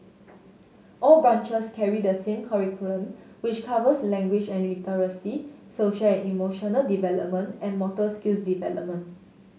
all branches carry the same curriculum which covers language and literacy social and emotional development and motor skills development